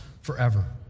forever